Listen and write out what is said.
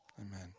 Amen